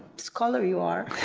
scholar you are,